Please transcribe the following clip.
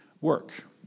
work